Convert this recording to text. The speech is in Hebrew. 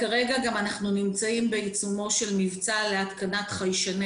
כרגע אנחנו נמצאים בעיצומו של מבצע להתקנת חיישני